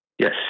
Yes